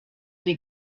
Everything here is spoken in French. des